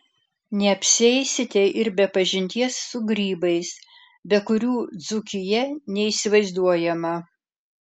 neapsieisite ir be pažinties su grybais be kurių dzūkija neįsivaizduojama